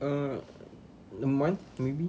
err a month maybe